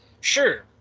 Sure